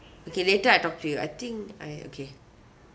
okay later I talk to you I think I okay